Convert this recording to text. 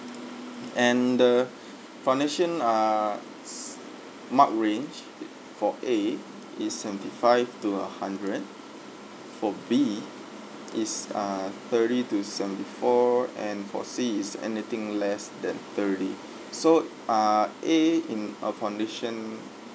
and the foundation ah s~ mark range for A is seventy five to a hundred for B is ah thirty to seventy four and for C is anything less than thirty so ah A in a foundation